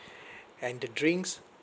and the drinks